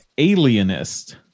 alienist